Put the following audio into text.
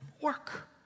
work